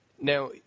Now